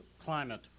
climate